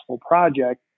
project